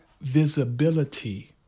visibility